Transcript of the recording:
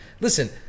Listen